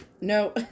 No